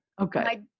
Okay